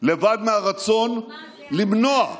לבד מהרצון למנוע,